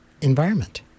environment